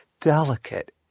delicate